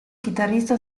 chitarrista